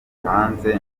hanze